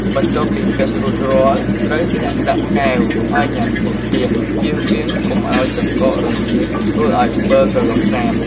បន្ទាប់ពីកិនរួចរាល់ ត្រូវចាក់ដាក់កែវហើយញ៉ាំភ្លាមៗ ជៀសវាងកុំឲ្យទឹកកករលាយធ្វើឲ្យប័រក្រឡុកសាប។